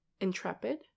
intrepid